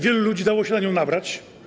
Wielu ludzi dało się na nią nabrać.